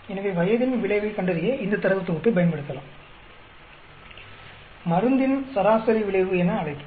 எனவே வயதின் விளைவைக் கண்டறிய இந்த தரவுத் தொகுப்பைப் பயன்படுத்தலாம் மருந்தின் சராசரி விளைவு என அழைப்போம்